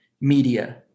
media